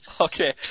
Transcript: Okay